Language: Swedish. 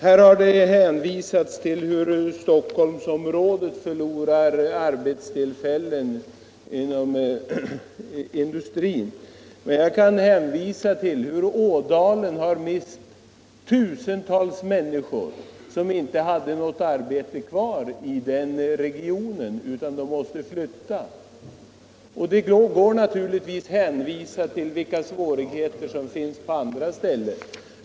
Här har hänvisats till hur Stockholmsområdet förlorar arbetstillfällen inom industrin, men jag kan hänvisa till att Ådalen har mist tusentals människor, som inte hade något arbete kvar I den regionen utan måste flytta därifrån. Det går naturligtvis att hänvisa till svårigheter på andra ställen.